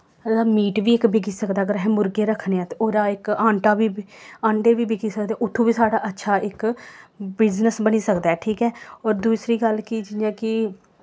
ओह्दा मीट बी इक बिकी सकदा अगर अस मुर्गे रक्खने आं ते ओह्दा इक अंडा बी अंडे बी बिकी सकदे उत्थूं बी साढ़ा अच्छा इक बिज़नस बनी सकदा ऐ ठीक ऐ होर दूसरी गल्ल कि जियां कि